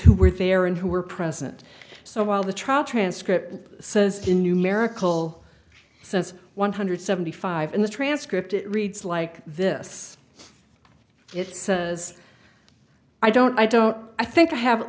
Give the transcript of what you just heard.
who were there and who were present so while the trial transcript says in numerical says one hundred seventy five in the transcript it reads like this it says i don't i don't i think i have at